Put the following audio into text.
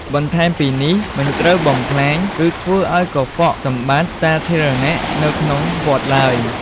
បន្ថែមពីនេះមិនត្រូវបំផ្លាញ ឬធ្វើឲ្យកខ្វក់សម្បត្តិសាធារណៈនៅក្នុងវត្តឡើយ។